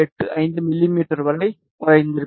85 மிமீ வரை உறைந்திருக்கிறேன்